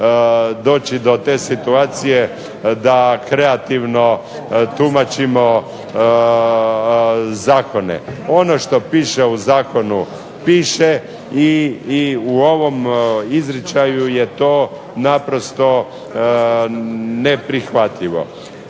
doći do te situacije da kreativno tumačimo zakone. Ono što piše u zakonu piše i u ovom izričaju je to naprosto neprihvatljivo.